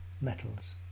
metals